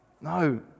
No